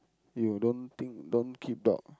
you don't think don't keep dog